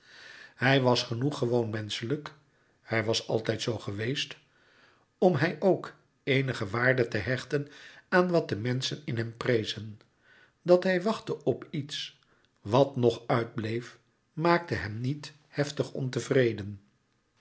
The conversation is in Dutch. hij was genoeg gewoon menschelijk hij was altijd zoo geweest om hij ook eenige waarde te hechten aan wat de menschen in hem prezen dat hij wachtte op iets wat nog uitbleef maakte hem niet heftig ontevreden